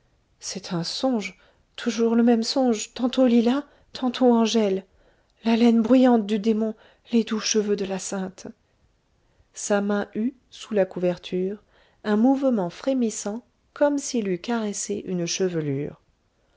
c'est un songe toujours le même songe tantôt lila tantôt angèle l'haleine brûlante du démon les doux cheveux de la sainte sa main eut sous la couverture un mouvement frémissant comme s'il eût caressé une chevelure